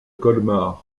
colmar